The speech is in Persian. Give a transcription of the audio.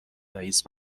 رئیس